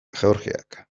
georgiak